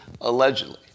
allegedly